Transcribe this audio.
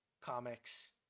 comics